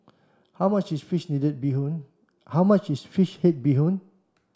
how much is fish need bee hoon how much is fish head bee hoon